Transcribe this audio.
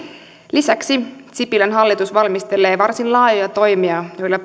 lisäksi sipilän hallitus valmistelee varsin laajoja toimia joilla